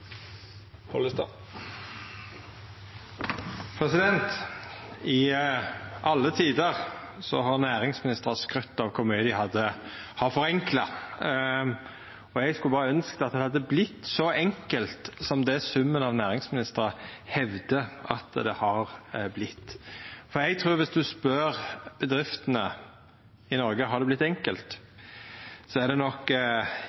I alle tider har næringsministrar skrytt av kor mykje dei har forenkla. Eg skulle berre ønskt at det hadde vorte så enkelt som det summen av næringsministrar hevdar at det har vorte. Eg trur at om ein spør bedriftene i Noreg om det har vorte enkelt,